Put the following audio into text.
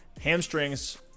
hamstrings